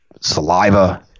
saliva